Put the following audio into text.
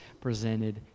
presented